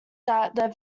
that